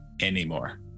anymore